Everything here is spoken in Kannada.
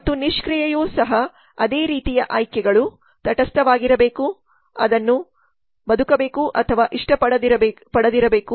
ಮತ್ತು ನಿಷ್ಕ್ರಿಯವೂ ಸಹ ಅದೇ ರೀತಿಯ ಆಯ್ಕೆಗಳು ತಟಸ್ಥವಾಗಿರಬೇಕು ಅದನ್ನು ಬದುಕಬೇಕು ಅಥವಾ ಇಷ್ಟಪಡದಿರಬೇಕು